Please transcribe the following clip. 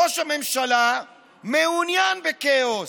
ראש הממשלה מעוניין בכאוס.